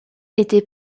était